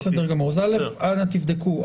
בסדר, אנא תבדקו.